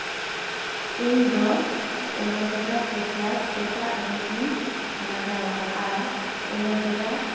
ᱤᱧ ᱫᱚ ᱮᱞᱳᱵᱮᱨᱟ ᱯᱷᱮᱥ ᱚᱣᱟᱥ ᱥᱮᱛᱟᱜ ᱟᱹᱭᱩᱵ ᱤᱧ ᱞᱟᱣᱟ ᱟᱨ ᱮᱞᱳᱵᱮᱨᱟ